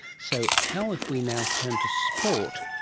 so how, if we now turn to sport,